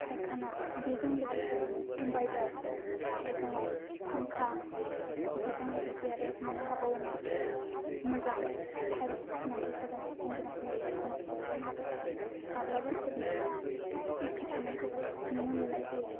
फायखाना बेजों लोगोसेनो इन्भार्टार आरो दङ फांखा बेजों लोगोसे आरो मोननो हाबावो मा मोजां माजाखो टाइल्स साजायनाय रंगिना संगिना न'फोरजों लोगोसे माब्लाबा इसि थानायखौबो नुनो मोननाय जायो